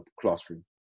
classroom